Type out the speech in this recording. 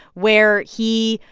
where he,